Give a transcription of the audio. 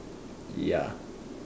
ya